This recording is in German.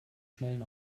schnellen